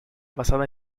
basada